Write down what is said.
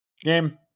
game